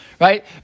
right